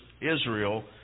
Israel